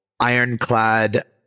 Ironclad